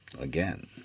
again